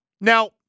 Now